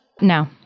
No